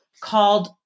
called